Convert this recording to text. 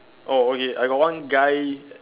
oh okay I got one guy